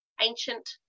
ancient